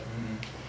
mmhmm